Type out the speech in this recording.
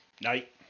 Night